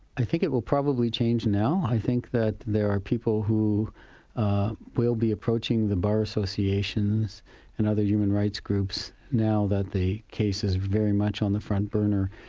i think it will probably change now i think that there are people who will be approaching the bar associations and other human rights groups now that the case is very much on the front burner,